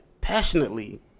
passionately